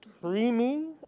Creamy